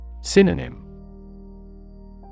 Synonym